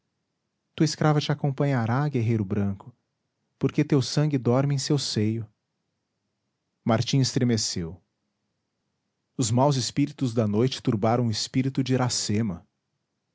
tua escrava te acompanhará guerreiro branco porque teu sangue dorme em seu seio martim estremeceu os maus espíritos da noite turbaram o espírito de iracema